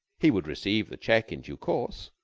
he would receive the check in due course,